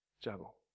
juggle